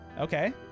Okay